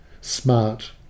smart